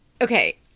Okay